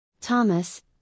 Thomas